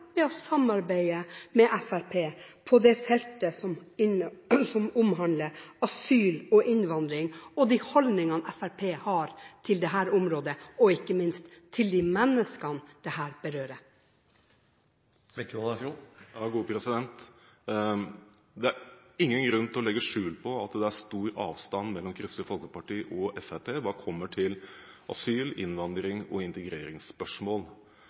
med å samarbeide med Fremskrittspartiet på det feltet som omhandler asyl og innvandring, og støtter Kristelig Folkeparti de holdningene Fremskrittspartiet har på dette området, ikke minst når det gjelder de menneskene dette berører? Det er ingen grunn til å legge skjul på at det er stor avstand mellom Kristelig Folkeparti og Fremskrittspartiet når det kommer til asyl-, innvandrings- og integreringsspørsmål.